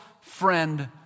friend